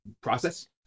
process